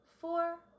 four